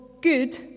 good